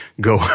go